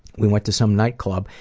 we went to some nightclub.